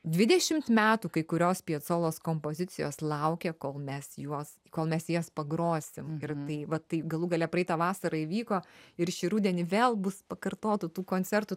dvidešimt metų kai kurios piecolos kompozicijos laukia kol mes juos kol mes jas pagrosim ir tai va tai galų gale praeitą vasarą įvyko ir šį rudenį vėl bus pakartotų tų koncertų